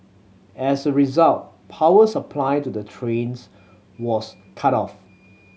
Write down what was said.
as a result power supply to the trains was cut off